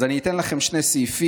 אז אני אתן לכם שני סעיפים.